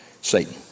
Satan